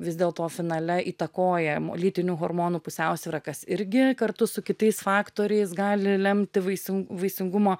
vis dėlto finale įtakojam lytinių hormonų pusiausvyra kas irgi kartu su kitais faktoriais gali lemti vaisin vaisingumo